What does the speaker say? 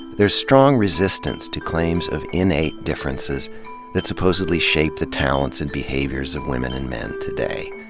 there's strong resistance to claims of innate differences that supposedly shape the talents and behaviors of women and men today.